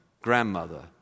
Grandmother